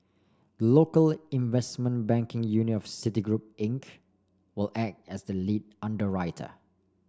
the local investment banking unit of Citigroup Inc will act as the lead underwriter